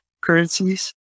currencies